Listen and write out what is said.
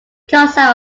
concept